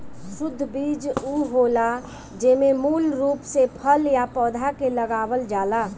शुद्ध बीज उ होला जेमे मूल रूप से फल या पौधा के लगावल जाला